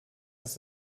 dass